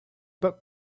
bought